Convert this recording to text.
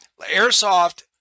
Airsoft